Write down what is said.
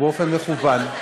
ובאופן מכוון,